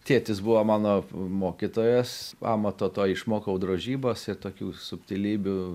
tėtis buvo mano mokytojas amato to išmokau drožybos ir tokių subtilybių